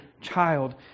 child